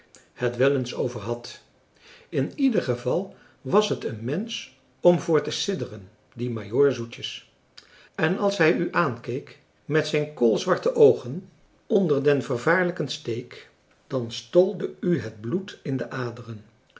het wel eens over had in ieder geval was het een mensch om voor te sidderen die majoor zoetjes en als hij u aankeek met zijn koolzwarte oogen onder den vervaarlijken steek dan stolfrançois haverschmidt familie en kennissen de u het bloed in de aderen